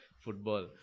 football